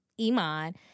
Iman